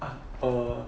err